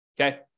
okay